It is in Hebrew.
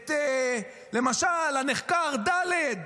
למשל את הנחקר ד'